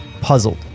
puzzled